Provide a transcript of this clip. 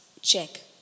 check